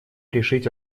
решить